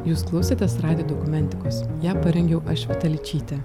jūs klausėtės radijo dokumentikos ją parengiau aš vita ličytė